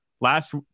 last